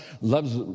loves